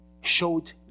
showed